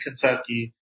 Kentucky